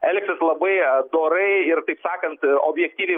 elgsis labai dorai ir taip sakant objektyviai